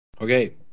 okay